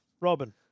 Robin